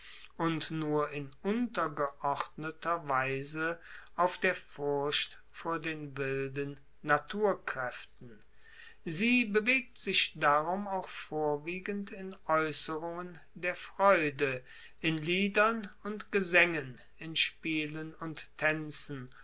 und nur in untergeordneter weise auf der furcht vor den wilden naturkraeften sie bewegt sich darum auch vorwiegend in aeusserungen der freude in liedern und gesaengen in spielen und taenzen